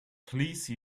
please